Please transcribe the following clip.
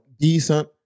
Decent